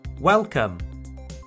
Welcome